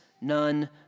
none